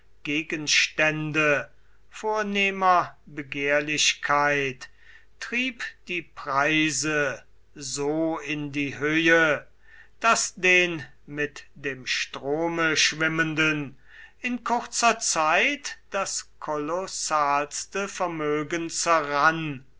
gegenstände vornehmer begehrlichkeit trieb die preise so in die höhe daß den mit dem strome schwimmenden in kurzer zeit das kolossalste vermögen